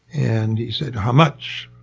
and he said how much?